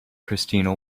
christina